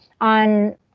on